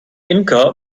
imker